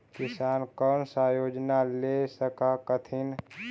किसान कोन सा योजना ले स कथीन?